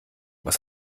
was